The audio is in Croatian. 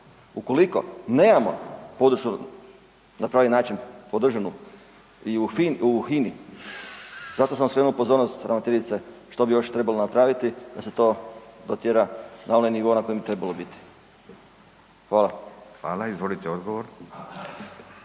Ukoliko nemamo podršku na pravi način podržanu i u HINA-i, zato sam skrenuo pozornost ravnateljice što bi još trebalo napraviti da se to dotjera na onaj nivo na kojem bi trebalo biti. Hvala. **Radin, Furio